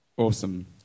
Awesome